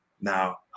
Now